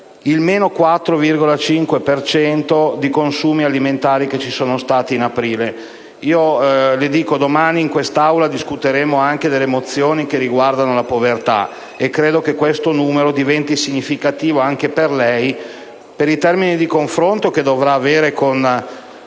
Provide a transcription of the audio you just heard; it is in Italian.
per cento di consumi alimentari in aprile. Domani in quest'Aula discuteremo anche su mozioni che riguardano la povertà, e credo che questo numero diventi significativo anche per lei, per i termini di confronto che dovrà avere con